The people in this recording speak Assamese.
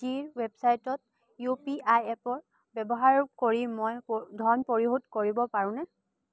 জিৰ ৱেবছাইটত ইউ পি আই এপৰ ব্যৱহাৰ কৰি মই ধন পৰিশোধ কৰিব পাৰোঁনে